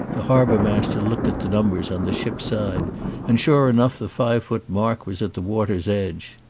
the harbour-master looked at the numbers on the ship's side and sure enough the five foot mark was at the water's edge.